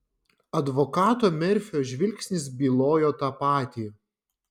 advokato merfio žvilgsnis bylojo tą patį